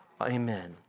Amen